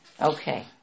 Okay